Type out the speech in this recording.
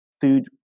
food